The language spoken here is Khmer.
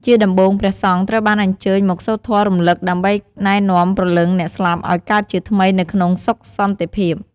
ជាដំបូង ព្រះសង្ឃត្រូវបានអញ្ជើញមកសូត្រធម៌រលឹក ដើម្បីណែនាំព្រលឹងអ្នកស្លាប់ឲ្យកើតជាថ្មីនៅក្នុងសុខសន្តិភាព។